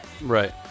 Right